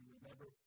Remember